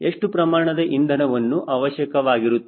ಎಷ್ಟು ಪ್ರಮಾಣದ ಇಂಧನವು ಅವಶ್ಯಕವಾಗಿರುತ್ತದೆ